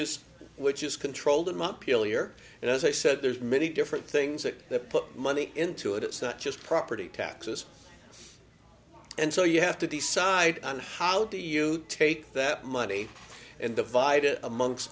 is which is controlled in montpelier and as i said there's many different things that put money into it it's not just property taxes and so you have to decide on how do you take that money and divided amongst